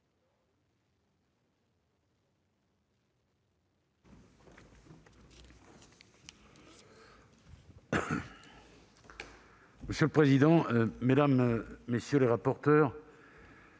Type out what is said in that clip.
Monsieur le président, mesdames, messieurs les rapporteurs,